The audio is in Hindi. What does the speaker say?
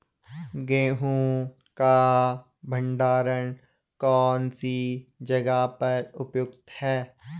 गेहूँ का भंडारण कौन सी जगह पर उपयुक्त है?